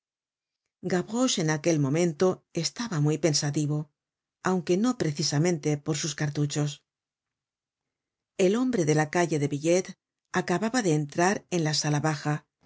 gavroche en aquel momento estaba muy pensativo aunque no precisamente por sus cartuchos el hombre de la calle de billettes acababa de entrar en la sala baja